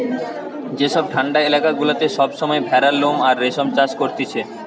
যেসব ঠান্ডা এলাকা গুলাতে সব সময় ভেড়ার লোম আর রেশম চাষ করতিছে